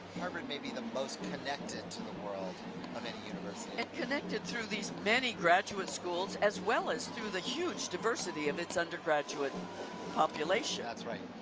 harvard may be the most connected to the world of any university. and connected through these many graduate schools as well as through the huge diversity of its undergraduate and population. that's right.